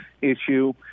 issue